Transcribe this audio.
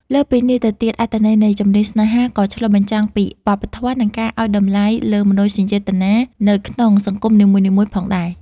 លើសពីនេះទៅទៀត អត្ថន័យនៃ ចម្រៀងស្នេហា ក៏ឆ្លុះបញ្ចាំងពីវប្បធម៌ និងការឱ្យតម្លៃលើមនោសញ្ចេតនានៅក្នុងសង្គមនីមួយៗផងដែរ។